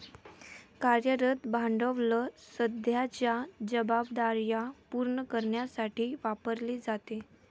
कार्यरत भांडवल सध्याच्या जबाबदार्या पूर्ण करण्यासाठी वापरले जाते